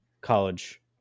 college